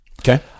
Okay